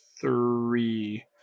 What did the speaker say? Three